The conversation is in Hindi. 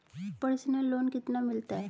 पर्सनल लोन कितना मिलता है?